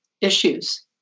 issues